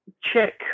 check